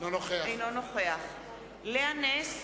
אינו נוכח לאה נס,